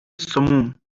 سموم